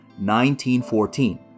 1914